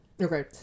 Okay